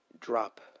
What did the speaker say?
drop